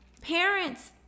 Parents